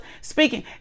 speaking